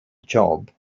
job